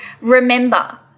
Remember